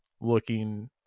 looking